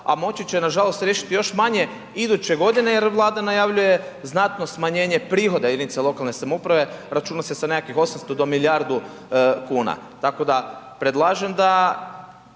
a moći će nažalost riješiti još manje iduće godine jer Vlada najavljuje znatno smanjenje prihoda jedinica lokalne samouprave. Računa se sa nekakvih 800 do milijardu kuna. Tako da predlažem da